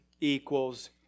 equals